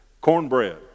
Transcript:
cornbread